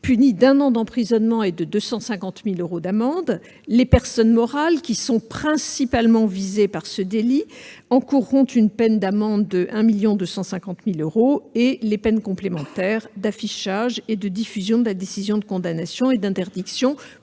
puni d'un an d'emprisonnement et de 250 000 euros d'amende. Les personnes morales, principalement visées par ce délit, encourront une amende de 1,25 million d'euros et les peines complémentaires d'affichage et de diffusion de la décision de condamnation et d'interdiction,